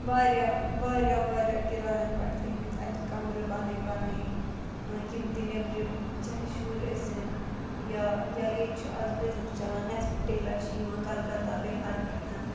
واریاہ واریاہ واریاہ کِرٛایَن پٮ۪ٹھ تھٲیمٕتۍ اَتہِ کَمرٕ بَنٲے بَنٲے یِم تہِ نیٚبرِم چاہے شُرۍ ٲسِنۍ یا ییٚتہِ چھِ آز بِزنِس چَلان نٮ۪سٹہ ٹیٚلَر چھِ یِوان کَلکَتا بِہار پٮ۪ٹھ